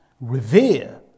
Revere